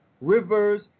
rivers